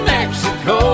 Mexico